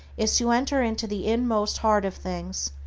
is to enter into the inmost heart of things,